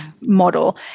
model